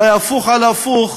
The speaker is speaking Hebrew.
אולי הפוך על הפוך,